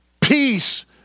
peace